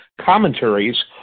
commentaries